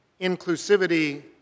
inclusivity